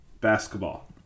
basketball